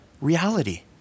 reality